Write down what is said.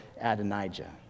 Adonijah